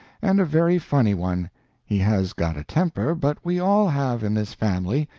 and a very funny one he has got a temper, but we all have in this family.